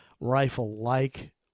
rifle-like